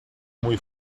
muy